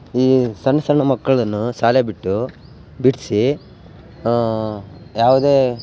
ಈ ಸಣ್ಣ ಸಣ್ಣ ಮಕ್ಕಳನ್ನ ಶಾಲೆ ಬಿಟ್ಟು ಬಿಡಿಸಿ ಯಾವುದೇ